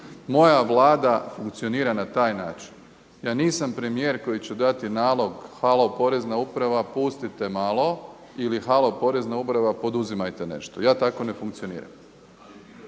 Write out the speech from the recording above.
Moja Vlada funkcionira na taj način. Ja nisam premijer koji će dati nalog, halo Porezna uprava pustite malo ili halo Porezna uprava poduzimajte nešto, ja tako ne funkcioniram,